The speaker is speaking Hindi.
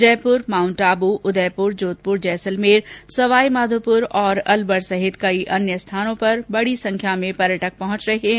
जयपूर माउन्टआबू उदयपुर जोधपुर जैसलमेर सवाईमाघोपर और अलवर सहित कई अन्य स्थानों पर पर्यटक बड़ी संख्या में पहुंच रहे है